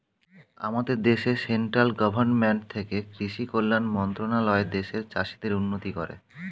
আমাদের দেশে central government থেকে কৃষি কল্যাণ মন্ত্রণালয় দেশের চাষীদের উন্নতি করে